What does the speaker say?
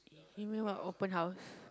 you mean what open house